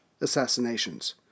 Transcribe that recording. assassinations